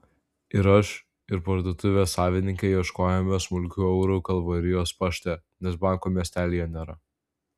ir aš ir parduotuvės savininkė ieškojome smulkių eurų kalvarijos pašte nes banko miestelyje nėra